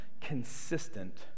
consistent